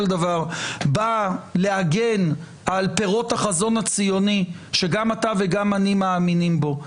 דבר באה להגן על פירות החזון הציוני שגם אתה וגם אני מאמינים בו.